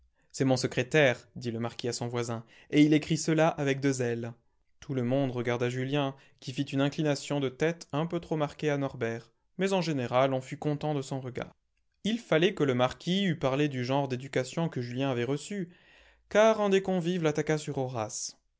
c'est mon secrétaire dit le marquis à son voisin et il écrit cela avec deux ll tout le monde regarda julien qui fit une inclination de tête un peu trop marquée à norbert mais en général on fut content de son regard il fallait que le marquis eût parlé du genre d'éducation que julien avait reçue car un des convives l'attaqua sur horace